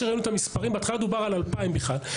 בהתחלה דובר על 2,000 בכלל.